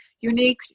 unique